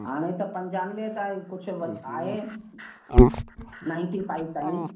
हाणे त पंजनवें ताईं कुझु व आहे नाइनटी फ़ाइव ताईं